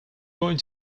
going